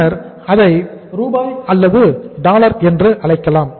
பின்னர் அதை ரூபாய் அல்லது டாலர் என்று அழைக்கலாம்